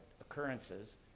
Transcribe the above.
occurrences